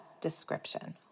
description